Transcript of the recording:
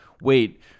wait